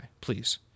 Please